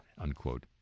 Unquote